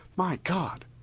my god,